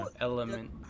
element